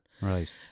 Right